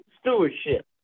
stewardship